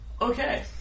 Okay